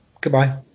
Goodbye